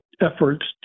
efforts